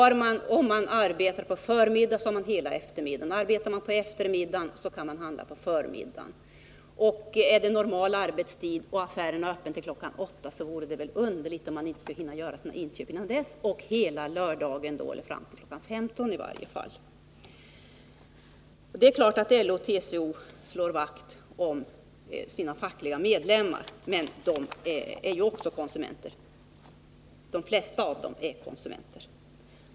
Om man arbetar på förmiddagen, har man hela eftermiddagen fri, och arbetar man på eftermiddagen, så kan man handla på förmiddagen. Om affärerna håller öppet till kl. 20.00, så vore det väl underligt om man inte skulle hinna göra sina inköp innan dess och under hela lördagen fram till kl. 15.00 i varje fall. Det är klart att LO och TCO slår vakt om sina medlemmars fackliga intressen, men de flesta av dessa organisationers medlemmar är ju också konsumenter.